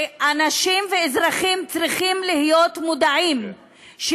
שאנשים ואזרחים צריכים להיות מודעים לכך